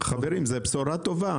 חברים, זו בשורה טובה.